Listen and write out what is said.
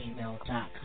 gmail.com